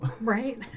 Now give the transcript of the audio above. Right